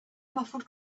muffled